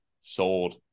sold